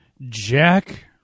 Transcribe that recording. Jack